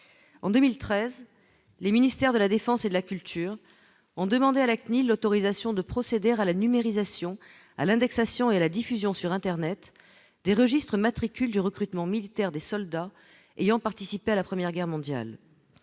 en 2013, les ministères de la Défense et de la culture ont demandé à la CNIL, l'autorisation de procéder à la numérisation à l'indexation et la diffusion sur internet des registres matricules du recrutement militaire des soldats ayant participé à la première guerre mondiale,